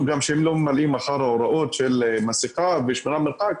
גם שהם לא ממלאים אחר ההוראות של מסיכה ושמירת מרחק.